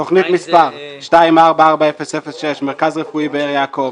תוכנית מס' 244006 - מרכז רפואי באר יעקב,